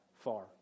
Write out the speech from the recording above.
far